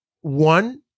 one